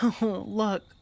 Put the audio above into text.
look